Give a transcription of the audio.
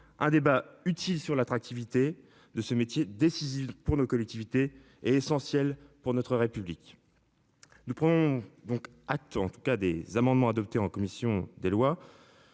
un débat utile sur l'attractivité de ce métier décisive pour nos collectivités est essentiel pour notre République. Nous pourrons donc attends. En tout cas des amendements adoptés en commission des lois.